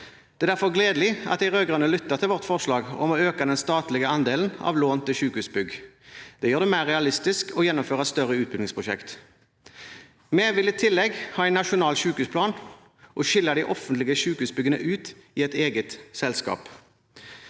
Det er derfor gledelig at de rød-grønne lyttet til vårt forslag om å øke den statlige andelen av lån til sykehusbygg. Det gjør det mer realistisk å gjennomføre et større utbyggingsprosjekt. Vi vil i tillegg ha en nasjonal sykehusplan og skille de offentlige sykehusbyggene ut i et eget selskap.